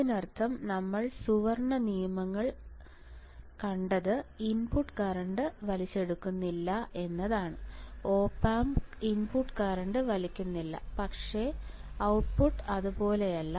അതിനർത്ഥം നമ്മൾ സുവർണ്ണ നിയമങ്ങളിൽ കണ്ടത് ഇൻപുട്ട് കറൻറ് വലിച്ചെടുക്കുക ഇല്ല എന്നതാണ് op amp ഇൻപുട്ട് കറൻറ് വലിയ്ക്കുന്നില്ല പക്ഷേ ഔട്ട്പുട്ട് അതുപോലെയല്ല